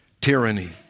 tyranny